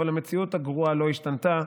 אבל המציאות הגרועה לא השתנתה,